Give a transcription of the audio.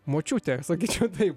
močiutė sakyčiau taip